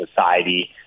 society